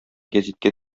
гәзиткә